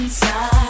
Inside